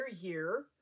year